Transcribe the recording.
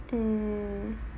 mm